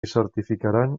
certificaran